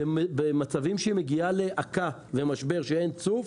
במצבים שהיא מגיעה להקה למשבר שאין צוף,